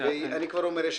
אני כבר אומר,